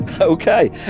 Okay